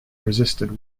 resisted